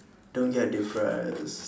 don't get depressed